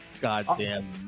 goddamn